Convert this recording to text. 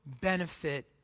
benefit